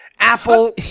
Apple